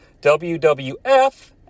WWF